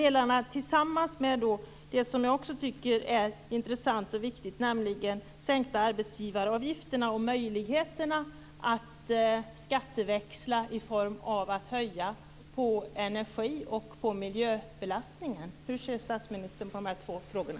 En annan sak som är intressant och viktigt i det här sammanhanget är sänkta arbetsgivaravgifter och möjligheten att skatteväxla genom att höja skatten på energi och miljöbelastande verksamhet. Hur ser statsministern på de här två frågorna?